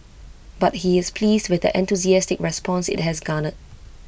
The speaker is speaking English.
but he is pleased with the enthusiastic response IT has garnered